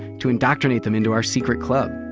to indoctrinate them into our secret club.